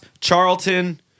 Charlton